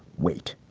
wait.